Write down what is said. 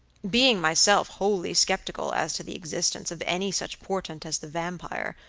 being myself wholly skeptical as to the existence of any such portent as the vampire,